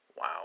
Wow